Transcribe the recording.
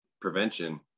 prevention